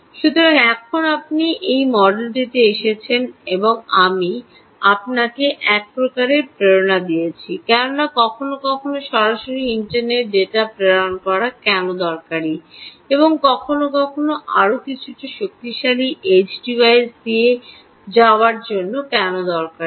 সুতরাং এখন আপনি এই মডেলটিতে এসেছেন এবং আমি আপনাকে এক প্রকারের প্রেরণা দিয়েছি কেননা কখনও কখনও সরাসরি ইন্টারনেটে ডেটা প্রেরণ করা কেন দরকারী এবং কখনও কখনও আরও কিছুটা শক্তিশালী এজ ডিভাইসটি দিয়ে যাওয়ার জন্য কেন দরকারী